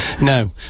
No